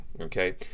Okay